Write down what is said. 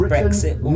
Brexit